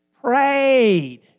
prayed